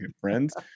friends